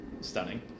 Stunning